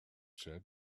said